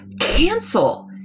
cancel